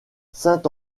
saint